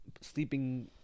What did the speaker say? sleeping